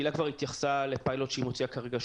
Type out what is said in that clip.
הילה כבר התייחסה לפיילוט שהיא מוציאה כרגע,